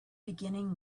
beginning